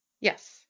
Yes